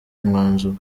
umwanzuro